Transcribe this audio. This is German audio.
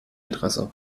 adresse